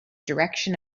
direction